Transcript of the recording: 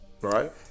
Right